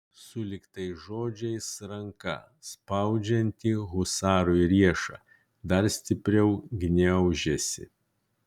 sulig tais žodžiais ranka spaudžianti husarui riešą dar stipriau gniaužėsi